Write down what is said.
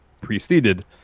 preceded